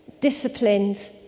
disciplined